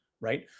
right